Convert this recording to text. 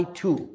two